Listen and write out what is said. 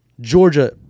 Georgia